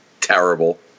terrible